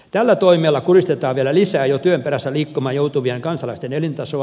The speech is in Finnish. tällä toimella kuristetaan vielä lisää jo työn perässä liikkumaan joutuvien kansalaisten elintasoa